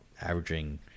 averaging